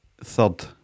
third